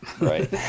right